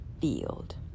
field